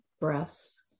breaths